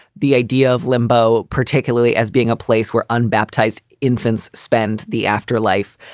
the idea of limbo, particularly as being a place where unbaptized infants spend the afterlife,